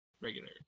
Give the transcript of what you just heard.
regular